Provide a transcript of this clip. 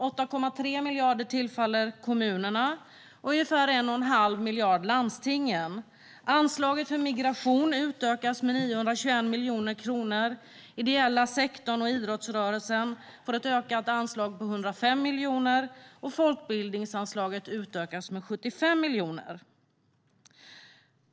8,3 miljarder tillfaller kommunerna, och ungefär 1 1⁄2 miljard landstingen. Anslaget för migration utökas med 921 miljoner kronor. Den ideella sektorn och idrottsrörelsen får ett ökat anslag med 105 miljoner, och folkbildningsanslaget utökas med 75 miljoner.